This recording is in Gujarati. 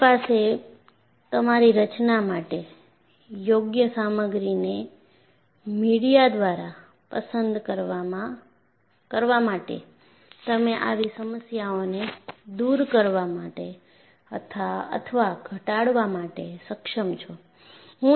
તમારી પાસે તમારી રચના માટે યોગ્ય સામગ્રીને મીડિયા દ્વારા પસંદ કરવા માટે તમે આવી સમસ્યાઓને દૂર કરવા માટે અથવા ઘટાડવા માટે સક્ષમ છો